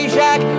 Shack